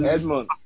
Edmund